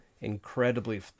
incredibly